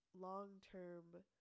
long-term